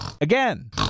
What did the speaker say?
Again